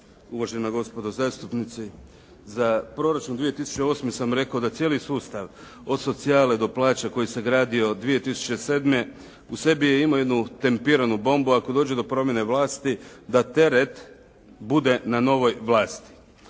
uvažena gospodo zastupnici. Za proračun 2008. sam rekao da cijeli sustav od socijale do plaća koji se gradio 2007. u sebi je imao jednu tempiranu bombu ako dođe do promjene vlasti da teret bude na novoj vlasti